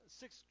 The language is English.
six